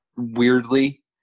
Weirdly